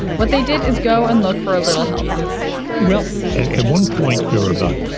what they did is go and look for a little help well, at one point, there were about,